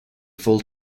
full